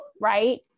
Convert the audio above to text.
right